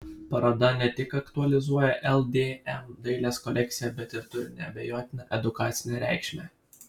paroda ne tik aktualizuoja ldm dailės kolekciją bet ir turi neabejotiną edukacinę reikšmę